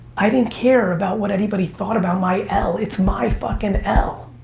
i didn't care about what anybody thought about my l, it's my fucking l.